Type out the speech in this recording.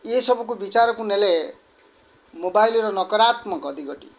ଇଏ ସବୁ କୁ ବିଚାରକୁ ନେଲେ ମୋବାଇଲ୍ର ନକରାତ୍ମକ ଦିଗଟି